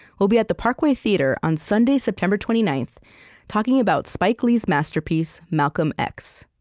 we'll be at the parkway theater on sunday, september twenty ninth talking about spike lee's masterpiece, malcolm x.